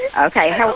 Okay